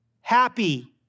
Happy